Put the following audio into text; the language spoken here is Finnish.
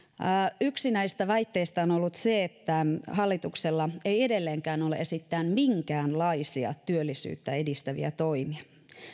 jo ennakoida yksi näistä väitteistä on ollut se että hallituksella ei edelleenkään ole esittää minkäänlaisia työllisyyttä edistäviä toimia